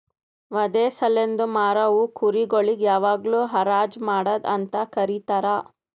ವಧೆ ಸಲೆಂದ್ ಮಾರವು ಕುರಿ ಗೊಳಿಗ್ ಯಾವಾಗ್ಲೂ ಹರಾಜ್ ಮಾಡದ್ ಅಂತ ಕರೀತಾರ